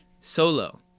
solo